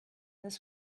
this